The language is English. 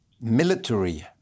military